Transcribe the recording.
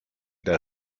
der